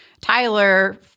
Tyler